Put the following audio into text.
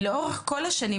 לאורך כל השנים,